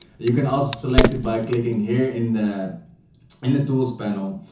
you can also select it by clicking here in the in the tools panel,